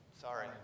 sorry